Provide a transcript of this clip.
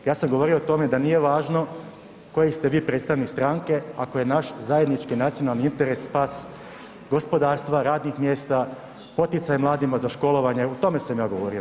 Ja sam govorio o tome da nije važno koji ste vi predstavnik stranke ako je naš zajednički nacionalni interes spas gospodarstva, radnih mjesta, poticaja mladima za školovanje, o tome sam ja govorio.